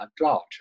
large